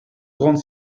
grande